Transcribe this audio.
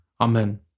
Amen